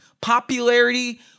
popularity